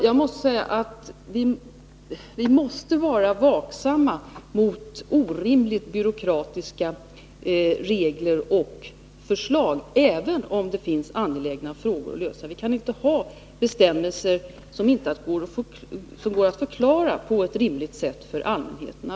Jag måste säga att vi måste vara vaksamma mot orimligt byråkratiska regler och förslag, även om det finns angelägna frågor att lösa. Vi kan inte ha bestämmelser som inte går att förklara på ett rimligt sätt för allmänheten.